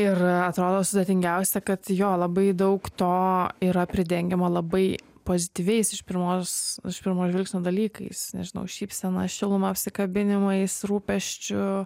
ir atrodo sudėtingiausia kad jo labai daug to yra pridengiama labai pozityviais iš pirmos iš pirmo žvilgsnio dalykais nežinau šypsena šiluma apsikabinimais rūpesčiu